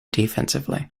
defensively